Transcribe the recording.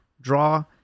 draw